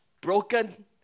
broken